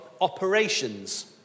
operations